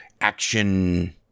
action